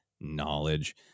knowledge